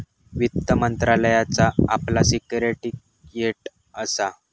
वित्त मंत्रालयाचा आपला सिक्रेटेरीयेट असा